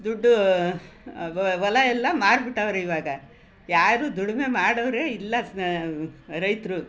ದುಡ್ಡು ಹೊಲ ಎಲ್ಲ ಮಾರಿ ಬಿಟ್ಟವ್ರೆ ಇವಾಗ ಯಾರು ದುಡಿಮೆ ಮಾಡವ್ರೆ ಇಲ್ಲ ಸ ರೈತರು